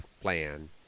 plan